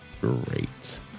Great